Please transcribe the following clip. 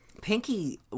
Pinky